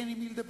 אין עם מי לדבר.